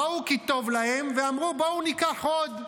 ראו כי טוב להם, ואמרו: בואו ניקח עוד.